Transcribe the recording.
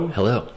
Hello